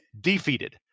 defeated